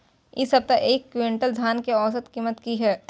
इ सप्ताह एक क्विंटल धान के औसत कीमत की हय?